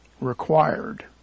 required